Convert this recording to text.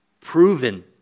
proven